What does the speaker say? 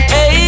Hey